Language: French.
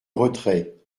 retrait